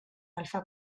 alfa